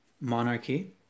monarchy